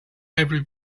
every